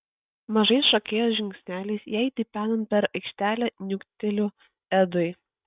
mažais šokėjos žingsneliais jai tipenant per aikštelę niukteliu edui